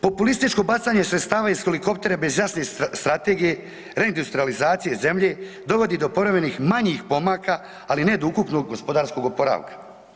Populističko bacanje sredstava iz helikoptera bez jasne strategije, reindustrijalizacije zemlje, dovodi do povremenih manjih pomaka, ali ne do ukupnog gospodarskog oporavka.